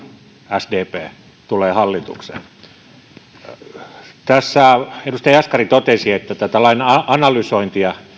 sdp tulee hallitukseen tässä edustaja jaskari totesi että tätä lain analysointia